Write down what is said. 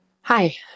Hi